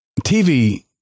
TV